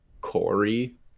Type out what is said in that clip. Corey